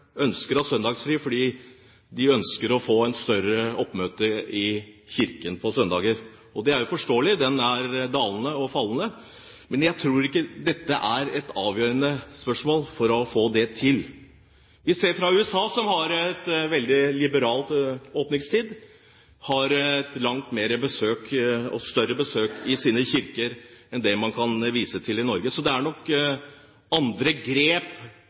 ønsker å ha søndagsfri fordi de ønsker et større oppmøte i kirken på søndager, og det er jo forståelig, for oppmøtet er dalende og fallende. Men jeg tror ikke dette er et avgjørende spørsmål for å få til det. USA, som har veldig liberale åpningstider, har et langt større besøk i sine kirker enn det man kan vise til i Norge, så det er nok andre grep